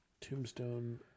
Tombstone